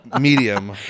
medium